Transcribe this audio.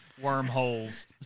wormholes